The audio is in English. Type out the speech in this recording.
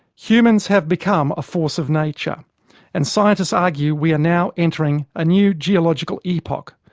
humans have become a force of nature and scientists argue we are now entering a new geological epoch,